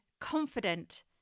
confident